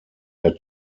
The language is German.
der